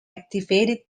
activated